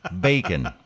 Bacon